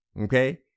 Okay